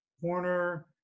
Corner